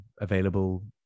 available